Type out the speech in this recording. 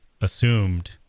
assumed